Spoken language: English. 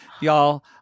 y'all